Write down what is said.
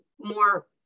more